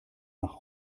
nach